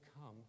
come